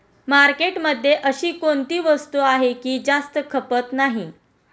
मार्केटमध्ये अशी कोणती वस्तू आहे की जास्त खपत नाही?